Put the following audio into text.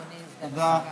ברכות, אדוני סגן השר.